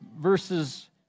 verses